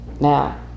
Now